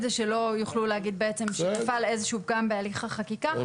כדי שלא יוכלו להגיד בעצם שנפל איזה שהוא פגם בהליך החקיקה.